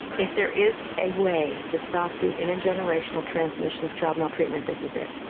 if there is a way to stop the inter generational transmission of child maltreatment, this is it.